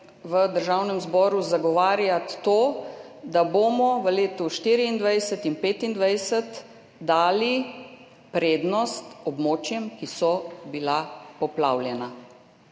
v Državnem zboru zagovarjati to, da bomo v letu 2024 in 2025 dali prednost območjem, ki so bila poplavljena.